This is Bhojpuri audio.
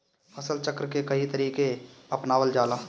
फसल चक्र के कयी तरह के अपनावल जाला?